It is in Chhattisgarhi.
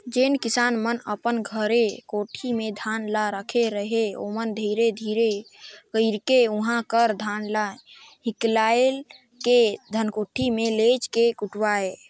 जेन किसान मन अपन घरे कोठी में धान ल राखे रहें ओमन धीरे धीरे कइरके उहां कर धान ल हिंकाएल के धनकुट्टी में लेइज के कुटवाएं